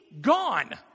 gone